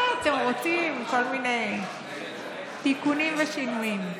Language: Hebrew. למה, פעם עשינו משהו נגד